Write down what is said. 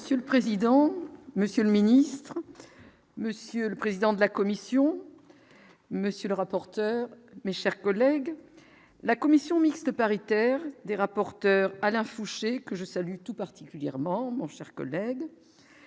Monsieur le président, Monsieur le Ministre, monsieur le président de la Commission, monsieur le rapporteur, mais, chers collègues, la commission mixte paritaire des rapporteurs Alain Fouché, que je salue tout particulièrement mon cher collègue